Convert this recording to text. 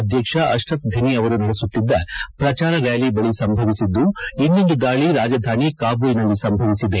ಮೊದಲ ದಾಳಿ ಅಧ್ಯಕ್ಷ ಅಶ್ರಫ್ ಘನಿ ಅವರು ನಡೆಸುತ್ತಿದ್ದ ಪ್ರಚಾರ ರ್ಯಾಲಿ ಬಳಿ ಸಂಭವಿಸಿದ್ದು ಇನ್ನೊಂದು ದಾಳಿ ರಾಜಧಾನಿ ಕಾಬೂಲ್ನಲ್ಲಿ ಸಂಭವಿಸಿದೆ